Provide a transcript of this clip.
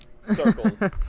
circles